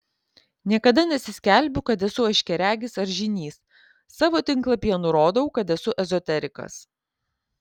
niekada nesiskelbiu kad esu aiškiaregis ar žynys savo tinklalapyje nurodau kad esu ezoterikas